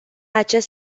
acest